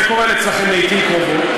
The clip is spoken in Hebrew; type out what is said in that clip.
זה קורה אצלכם לעתים קרובות.